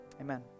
amen